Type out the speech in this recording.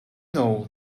know